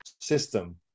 system